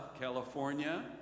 California